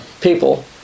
people